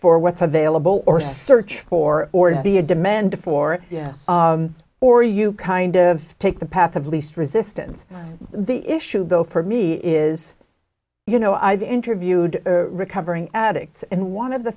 for what's available or search for or to be a demand for it yes or you kind of take the path of least resistance the issue though for me is you know i've interviewed recovering addicts and want of the